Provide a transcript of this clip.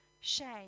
shame